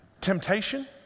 Temptation